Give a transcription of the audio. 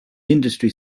industry